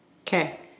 Okay